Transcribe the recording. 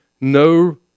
no